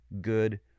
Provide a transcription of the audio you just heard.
good